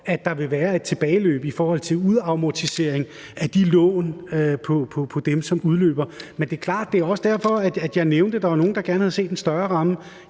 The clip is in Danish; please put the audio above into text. at der vil være et tilbageløb i forhold til udamortisering af de lån på dem, som udløber. Men det er klart, at det også var derfor, jeg nævnte, at der var nogle, der gerne havde set en større ramme.